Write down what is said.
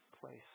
place